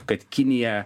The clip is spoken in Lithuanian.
kad kinija